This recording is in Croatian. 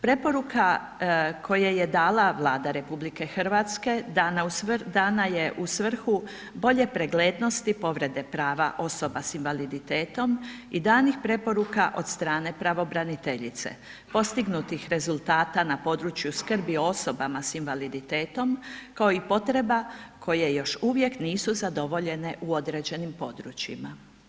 Preporuka koje je dala Vlada RH dana je u svrhu bolje preglednosti povrede prava osoba s invaliditetom i danih preporuka od strane pravobraniteljice, postignutih rezultata na području skrbi o osobama s invaliditetom kao i potreba koje još uvijek nisu zadovoljene u određenim područjima.